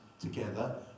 together